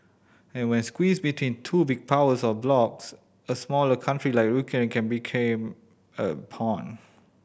and when squeezed between two big powers or blocs a smaller country like Ukraine can became a pawn